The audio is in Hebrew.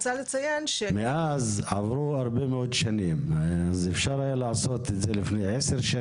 אז אפר היה לעשות את זה לפני עשר,